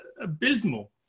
abysmal